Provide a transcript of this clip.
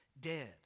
dead